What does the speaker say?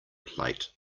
plate